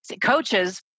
Coaches